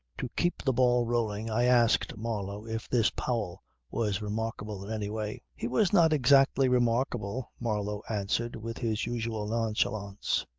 to keep the ball rolling i asked marlow if this powell was remarkable in any way. he was not exactly remarkable, marlow answered with his usual nonchalance.